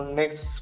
next